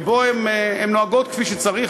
והן נוהגות בו כפי שצריך,